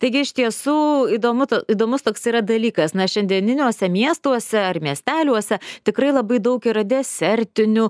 taigi iš tiesų įdomu ta įdomus toks yra dalykas na šiandieniniuose miestuose ar miesteliuose tikrai labai daug yra desertinių